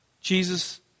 Jesus